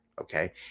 Okay